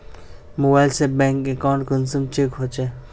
Mobile से bank account कुंसम check होचे?